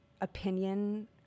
opinion